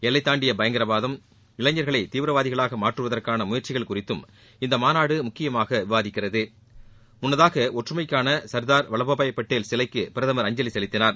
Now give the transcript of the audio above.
எல்லை தாண்டிய பயங்கரவாதம் இளைஞர்களை தீவிரவாதிகளாக மாற்றுவதற்கான முயற்சிகள் குறித்து இந்த மாநாடு முக்கியமாக விவாதிக்கிறது முன்னதாக ஒற்றுமைக்கான சர்தார் வல்லபாய் பட்டேல் சிலைக்கு பிரதமர் அஞ்சலி செலுத்தினார்